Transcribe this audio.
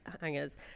hangers